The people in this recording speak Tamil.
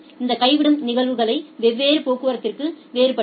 இந்த கைவிடும் நிகழ்தகவு வெவ்வேறு போக்குவரத்திற்கு வேறுபட்டது